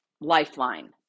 lifeline